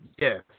yes